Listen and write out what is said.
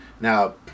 Now